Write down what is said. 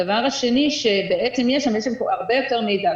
הדבר השני שבעצם יש, יש שם הרבה יותר מידע.